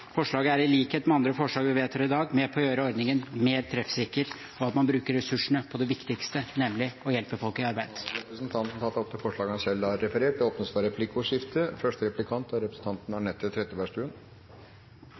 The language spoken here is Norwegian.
Forslaget er, i likhet med andre forslag vi vedtar i dag, med på å gjøre ordningen mer treffsikker, og at man bruker ressursene på det viktigste, nemlig å hjelpe folk i arbeid. Representanten Stefan Heggelund har tatt opp det forslaget han refererte til. Det blir replikkordskifte. Jeg er enig med representanten